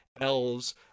elves